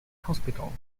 hospital